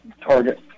Target